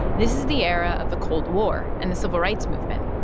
this is the era of the cold war and the civil rights movement.